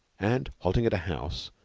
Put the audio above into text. and halting at a house,